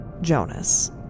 Jonas